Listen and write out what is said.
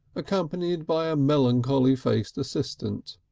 accompanied by a melancholy-faced assistant.